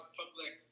public